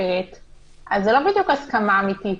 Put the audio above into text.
אז זו לא בדיוק הסכמה אמיתית.